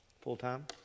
full-time